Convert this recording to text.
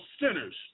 sinners